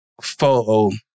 photo